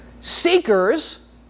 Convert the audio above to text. Seekers